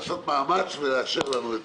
לעשות מאמץ ולאשר לנו את